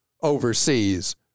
overseas